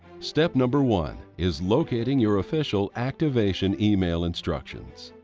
step number one. is locating your official activation email instructions.